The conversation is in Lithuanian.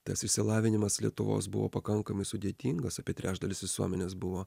tas išsilavinimas lietuvos buvo pakankamai sudėtingas apie trečdalis visuomenės buvo